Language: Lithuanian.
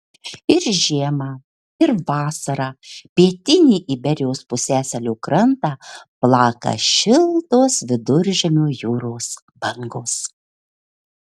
ir žiemą ir vasarą pietinį iberijos pusiasalio krantą plaka šiltos viduržemio jūros bangos